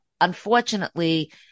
unfortunately